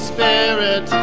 Spirit